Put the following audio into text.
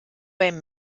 beim